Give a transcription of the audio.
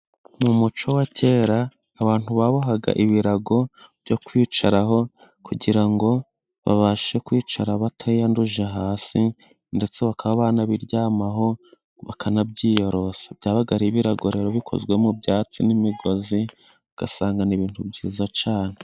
Mu muco wa kera, abantu babohaga ibirago byo kwicaraho, kugira ngo babashe kwicara batiyanduje hasi, ndetse bakaba banabiryamaho, bakanabyiyorosa, byabaga ar'ibirago bikozwe mu byatsi n'imigozi ugasanga n'ibintu byiza cyane.